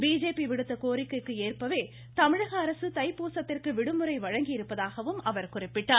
BJP விடுத்த கோரிக்கைக்கு ஏற்பவே தமிழக அரசு தைப்பூசத்திற்கு விடுமுறை வழங்கி இருப்பதாகவும் அவர் குறிப்பிட்டார்